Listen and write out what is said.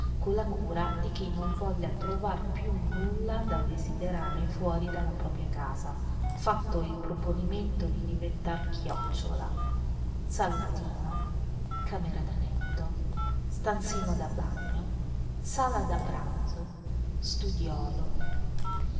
con la cura di chi non voglia trovar più nulla da desiderare fuori della propria casa fatto il proponimento di diventar chiocciola salottino camera da letto stanzino da bagno sala da pranzo studiolo